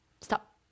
Stop